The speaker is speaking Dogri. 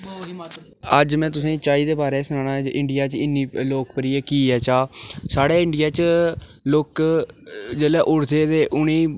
अज्ज में तुसें ई चाही दे बारे च सनाना इंडिया च इन्नी लोकप्रिय की ऐ चाह् साढ़े इंडिया च लोक जेल्लै उठदे ते उ'नें ई